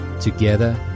together